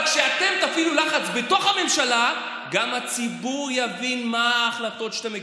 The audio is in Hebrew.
כשאתם תפעילו לחץ בתוך הממשלה גם הציבור יבין מה ההחלטות שאתם מקבלים.